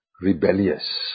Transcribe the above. rebellious